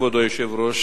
כבוד היושב-ראש,